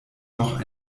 noch